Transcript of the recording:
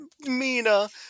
Mina